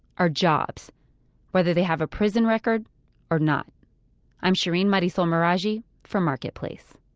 are jobs whether they have a prison record or not i'm shereen marisol meraji for marketplace